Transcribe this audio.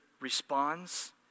responds